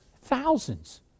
Thousands